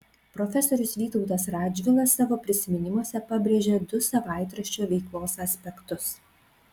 profesorius vytautas radžvilas savo prisiminimuose pabrėžia du savaitraščio veiklos aspektus